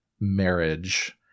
marriage